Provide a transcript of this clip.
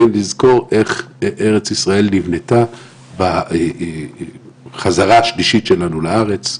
ולזכור איך ארץ ישראל נבנתה בחזרה השלישית שלנו לארץ,